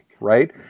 right